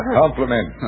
compliment